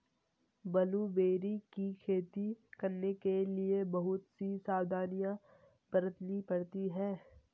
blueberry की खेती करने के लिए बहुत सी सावधानियां बरतनी पड़ती है